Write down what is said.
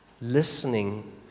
listening